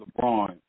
LeBron